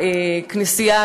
הכנסייה,